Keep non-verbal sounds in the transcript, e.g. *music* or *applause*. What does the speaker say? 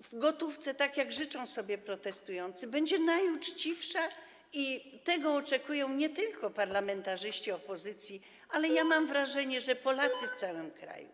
w gotówce, tak jak życzą sobie protestujący, będzie najuczciwsza, że tego oczekują nie tylko parlamentarzyści opozycji, *noise* ale - mam wrażenie - także Polacy w całym kraju.